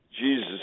Jesus